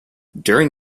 during